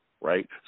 right